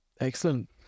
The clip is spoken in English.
excellent